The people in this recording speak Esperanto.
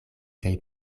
kaj